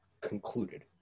concluded